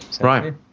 Right